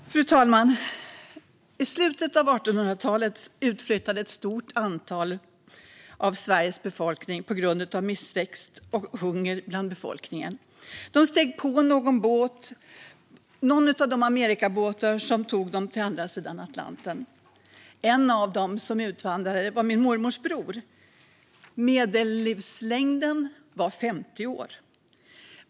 Grönbok om åldrande - Främja solidaritet och ansvar mellan generationerna Fru talman! I slutet av 1800-talet utflyttade ett stort antal personer från Sverige på grund av missväxt och hunger bland befolkningen. De steg på någon av de Amerikabåtar som tog människor till andra sidan Atlanten. En av dem som utvandrade var min mormors bror. Medellivslängden var 50 år.